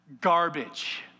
Garbage